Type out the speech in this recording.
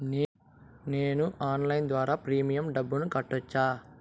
నేను ఆన్లైన్ ద్వారా ప్రీమియం డబ్బును కట్టొచ్చా?